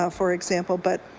ah for example. but